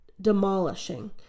demolishing